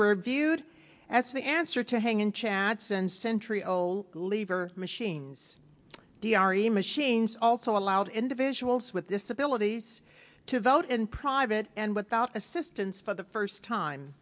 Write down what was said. were viewed as the answer to hanging chads and century old lever machines deore machines also allowed individuals with disabilities to vote in private and without assistance for the first time